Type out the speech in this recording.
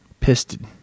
pisted